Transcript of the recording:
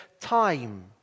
time